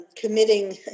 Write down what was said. committing